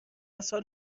سال